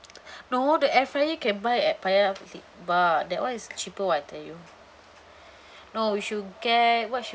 no the air fryer can buy at paya lebar that one is cheaper [what] I tell you no we should get what should